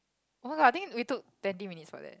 oh I think we took twenty minutes for that